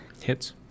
Hits